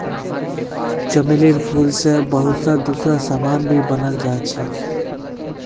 चमेलीर फूल से बहुतला दूसरा समान भी बनाल जा छे